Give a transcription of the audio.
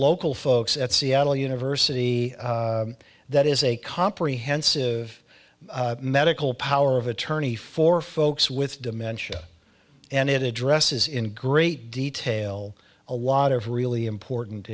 local folks at seattle university that is a comprehensive medical power of attorney for folks with dementia and it addresses in great detail a lot of really important